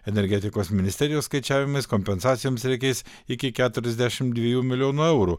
energetikos ministerijos skaičiavimais kompensacijoms reikės iki keturiasdešimt dviejų milijonų eurų